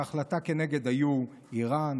בהחלטה נגד היו איראן,